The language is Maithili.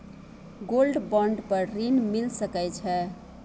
गोल्ड बॉन्ड पर ऋण मिल सके छै?